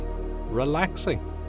relaxing